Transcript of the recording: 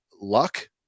luck